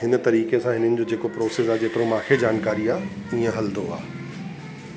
हिन तरीक़े सां हिननि जो जेको प्रोसिस आहे जेतिरो मांखे जानकारी आहे इअं हलंदो आहे